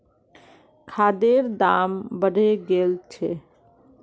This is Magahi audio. खादेर दाम बढ़े गेल छे